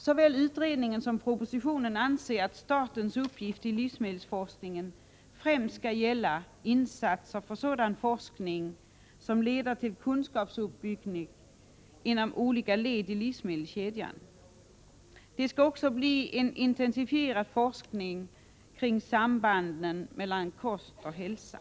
Såväl utredningen som propositionen anser att statens uppgift i livsmedelsforskningen främst skall gälla insatser för sådan forskning som leder till kunskapsuppbyggnad inom olika led i livsmedelskedjan. Det skall också bli en intensifierad forskning kring sambanden mellan kost och hälsa.